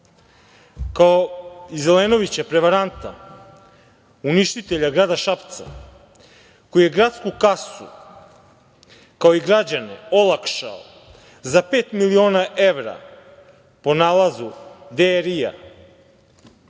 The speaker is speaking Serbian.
kao i Zelenovića prevaranta, uništitelja grada Šapca koji je gradsku kasu, kao i građane olakšao za pet miliona evra, po nalazu Derija